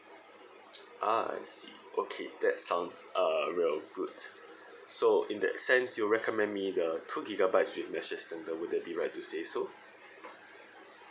ah I see okay that sounds uh real good so in that sense you recommend me the two gigabyte with mesh extender would that be right to say so